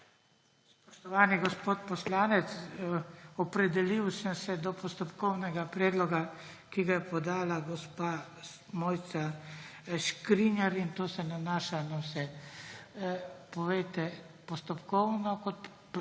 Spoštovani gospod poslanec, opredelil sem se do postopkovnega predloga, ki ga je podala gospa Mojca Škrinjar, in to se nanaša na vse. Postopkovno, Nataša